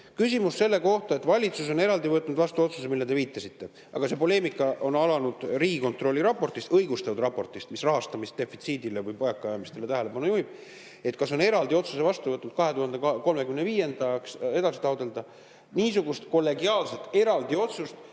küsimus selle kohta, kas valitsus on eraldi võtnud vastu otsuse, millele te viitasite. Aga see poleemika on alanud Riigikontrolli raportist, õigustatud raportist, mis rahastamisdefitsiidile või vajakajäämistele tähelepanu juhib. Kas on eraldi otsus vastu võetud aastast 203[0] edasi taotleda? Niisugust kollegiaalset eraldi otsust